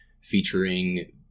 featuring